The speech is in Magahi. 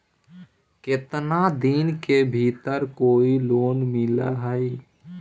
केतना दिन के भीतर कोइ लोन मिल हइ?